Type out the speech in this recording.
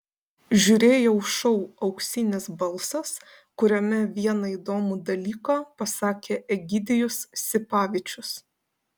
žiūrėjau šou auksinis balsas kuriame vieną įdomų dalyką pasakė egidijus sipavičius